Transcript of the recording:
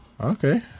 Okay